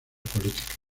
políticas